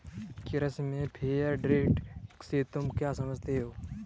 कृषि में fair trade से तुम क्या समझते हो?